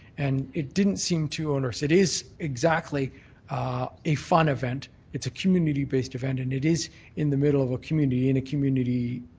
and it didn't seem too onerous. it is exactly a fun event, it's a community-based event, and it is in the middle of a community in a community